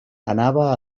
anava